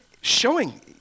showing